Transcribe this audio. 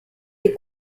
des